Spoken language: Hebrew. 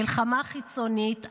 מלחמה חיצונית,